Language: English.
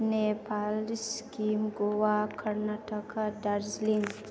Nepal Sikkim Goa Karnataka darjeeling